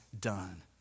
done